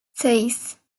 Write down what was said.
seis